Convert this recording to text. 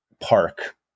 park